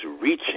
reaching